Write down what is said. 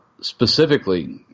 specifically